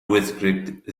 wyddgrug